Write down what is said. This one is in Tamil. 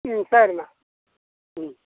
ம் சரிம்மா ம்